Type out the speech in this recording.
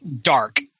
Dark